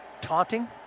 taunting